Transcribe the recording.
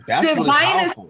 Divine